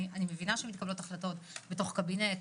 אני מבינה שמתקבלות החלטות בתוך קבינט.